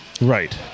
right